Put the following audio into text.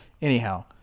Anyhow